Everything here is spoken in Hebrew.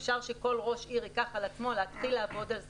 אפשר שכל ראש עיר ייקח על עצמו להתחיל לעבוד על זה,